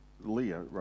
Leah